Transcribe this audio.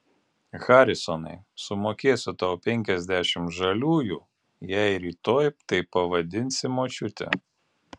harisonai sumokėsiu tau penkiasdešimt žaliųjų jei rytoj taip pavadinsi močiutę